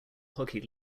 hockey